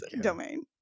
domain